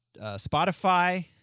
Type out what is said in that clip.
Spotify